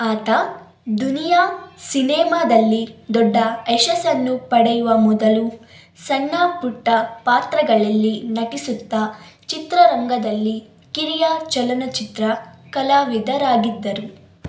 ಆತ ದುನಿಯಾ ಸಿನೆಮಾದಲ್ಲಿ ದೊಡ್ಡ ಯಶಸ್ಸನ್ನು ಪಡೆಯುವ ಮೊದಲು ಸಣ್ಣ ಪುಟ್ಟ ಪಾತ್ರಗಳಲ್ಲಿ ನಟಿಸುತ್ತಾ ಚಿತ್ರರಂಗದಲ್ಲಿ ಕಿರಿಯ ಚಲನಚಿತ್ರ ಕಲಾವಿದರಾಗಿದ್ದರು